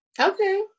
Okay